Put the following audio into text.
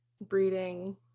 breeding